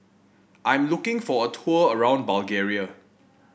I am looking for a tour around Bulgaria